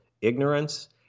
ignorance